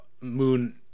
moon